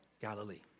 Galilee